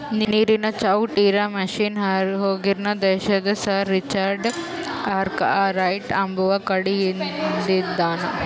ನೀರನ್ ಚೌಕ್ಟ್ ಇರಾ ಮಷಿನ್ ಹೂರ್ಗಿನ್ ದೇಶದು ಸರ್ ರಿಚರ್ಡ್ ಆರ್ಕ್ ರೈಟ್ ಅಂಬವ್ವ ಕಂಡಹಿಡದಾನ್